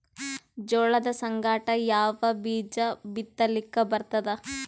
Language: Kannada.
ಜೋಳದ ಸಂಗಾಟ ಯಾವ ಬೀಜಾ ಬಿತಲಿಕ್ಕ ಬರ್ತಾದ?